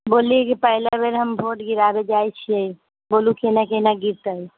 बोलली की पहिले बेर हम भोट गिराबय जाइत छियै बोलू केना केना गिरतै